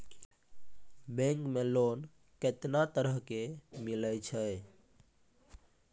Bank मे loan कैतना तरह के मिलै छै?